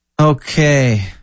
Okay